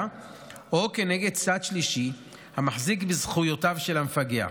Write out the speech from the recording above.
או מצד שלישי המחזיק בזכויותיו של המפגע.